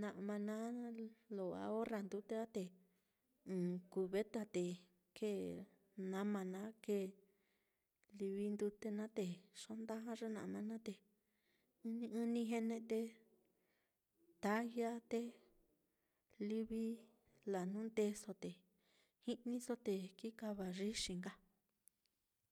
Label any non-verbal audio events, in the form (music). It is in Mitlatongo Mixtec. na'ma naá, (noise) lo ahorra ndute á te ɨ́ɨ́n cubeta te kēē nama naá, kēē livi ndute naá, te xondaja ye na'ma naá, te ɨ́ɨ́n ɨ́ɨ́n (hesitation) te talla te livi lajnundeeso te ji'niso, te ki kavayixi nka.